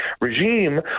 regime